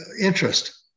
interest